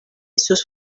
sus